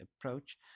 approach